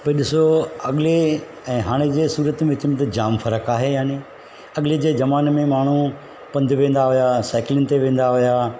भाई ॾिसो अॻे ऐं हाणे जे सूरत में त जामु फ़र्क़ु आहे याने अॻले जे ज़माने में माण्हू पंधु वेंदा हुया साईकिलियुनि ते वेंदा हुया